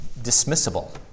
dismissible